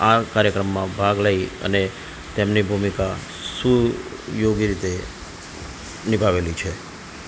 આ કાર્યક્રમમાં ભાગ લઈ અને તેમની ભૂમિકા સુયોગ્ય રીતે નિભાવેલી છે